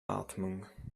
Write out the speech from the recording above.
atmung